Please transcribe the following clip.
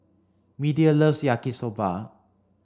Media loves Yaki soba